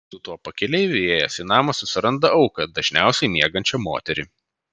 su tuo pakeleiviu įėjęs į namą susiranda auką dažniausiai miegančią moterį